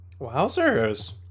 Wowzers